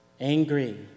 Angry